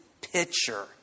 picture